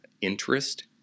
interest